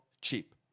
cheap